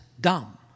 dumb